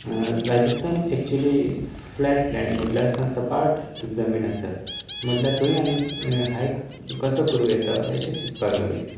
Rajasthan actually flat land म्हटल्यार सा सपाट जमीन आसा म्हटल्या थंय आनी हायक कसो करूं येता अशें चिंतपाक लागले